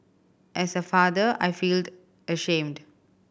as a father I feel ashamed